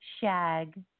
Shag